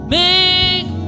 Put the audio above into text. make